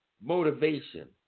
motivation